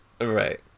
Right